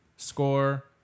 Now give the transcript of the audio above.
Score